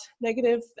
negative